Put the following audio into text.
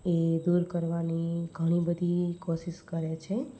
એ દૂર કરવાની ઘણીબધી કોશિશ કરે છે